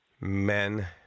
men